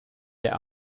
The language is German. der